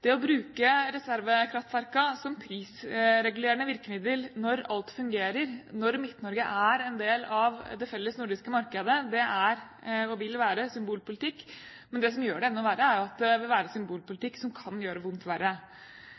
Det å bruke reservekraftverkene som prisregulerende virkemiddel når alt fungerer, når Midt-Norge er en del av det felles nordiske markedet, er og vil være symbolpolitikk, men det som gjør det enda verre, er jo at det vil være en symbolpolitikk som kan gjøre vondt verre.